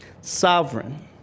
sovereign